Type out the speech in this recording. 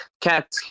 cat